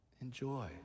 Enjoy